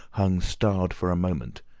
hung starred for a moment,